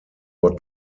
war